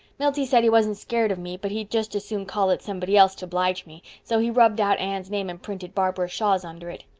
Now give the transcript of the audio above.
milty said he wasn't scared of me but he'd just as soon call it somebody else to blige me, so he rubbed out anne's name and printed barbara shaw's under it.